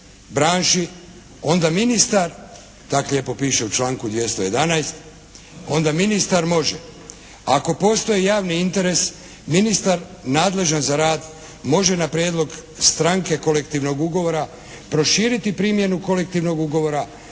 branši onda ministar, tako lijepo piše u članku 211. onda ministar može ako postoji javni interes ministar nadležan za rad može na prijedlog stranke kolektivnog ugovora proširiti primjenu kolektivnog ugovora